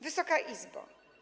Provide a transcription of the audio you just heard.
Wysoka Izbo!